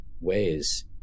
ways